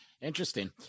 Interesting